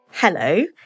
Hello